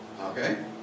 Okay